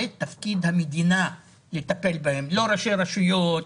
זה תפקיד המדינה לטפל בהם, לא ראשי רשויות,